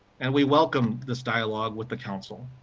and we welcome this dialogue with the council.